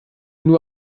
nur